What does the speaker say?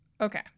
Okay